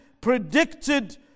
predicted